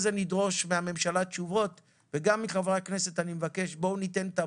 אני מבקש גם מחברי הכנסת לקצר